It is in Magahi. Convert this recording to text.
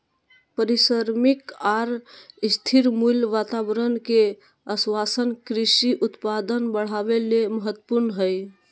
पारिश्रमिक आर स्थिर मूल्य वातावरण के आश्वाशन कृषि उत्पादन बढ़ावे ले महत्वपूर्ण हई